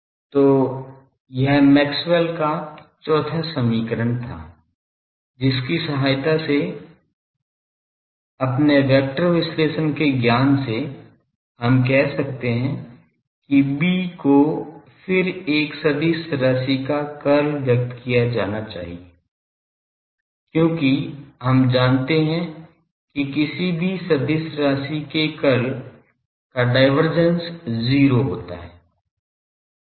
तो तो यह मैक्सवेल का चौथा समीकरण था जिसकी सहायता से अपने वेक्टर विश्लेषण के ज्ञान से हम कह सकते हैं कि B को फिर एक सदिश राशि का कर्ल व्यक्त किया जाना चाहिए क्योंकि हम जानते हैं कि किसी भी सदिश राशि के कर्ल का डायवर्जेंस शून्य होता है